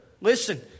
listen